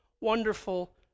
wonderful